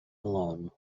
alone